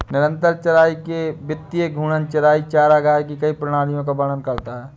निरंतर चराई के विपरीत घूर्णन चराई चरागाह की कई प्रणालियों का वर्णन करता है